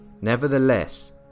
Nevertheless